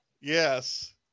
Yes